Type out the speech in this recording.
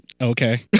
okay